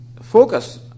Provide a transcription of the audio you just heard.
focus